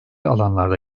alanlarda